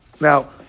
Now